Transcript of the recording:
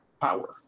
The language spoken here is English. power